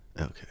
okay